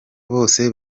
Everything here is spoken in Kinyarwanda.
bose